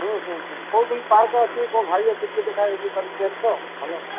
ହୁଁ ହୁଁ ପାର୍କ ଅଛି କେଉଁ ଭାଇ ଅଛି ଟିକେ ଦେଖା ତ